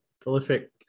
prolific